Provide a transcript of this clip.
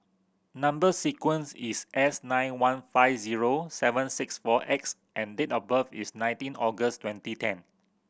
number sequence is S nine one five zero seven six four X and date of birth is nineteen August twenty ten